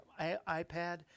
iPad